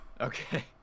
okay